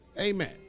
Amen